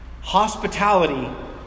hospitality